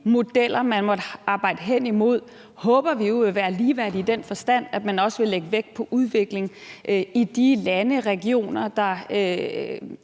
modeller, man måtte arbejde hen imod, håber vi vil være ligeværdige i den forstand, at man også vil lægge vægt på udvikling i de lande og regioner, der